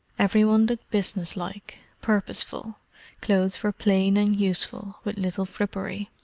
every one looked business-like, purposeful clothes were plain and useful, with little frippery.